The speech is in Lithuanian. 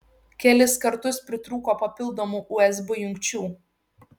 kelis kartus pritrūko papildomų usb jungčių